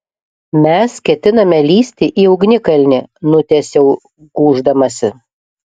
mes ketiname lįsti į ugnikalnį nutęsiau gūždamasi